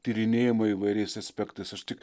tyrinėjimai įvairiais aspektais aš tik